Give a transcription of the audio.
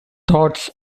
thoughts